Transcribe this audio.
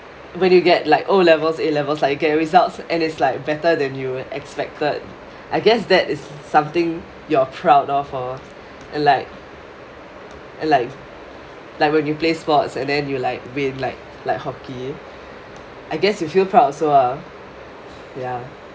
when you get like O levels A levels like you get the results and it's like better than you expected I guess that is something you're proud of lor and like and like like when you play sports and then you like win like like hockey I guess you feel proud also lah ya